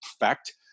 fact